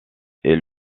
est